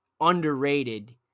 underrated